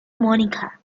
monica